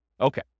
Okay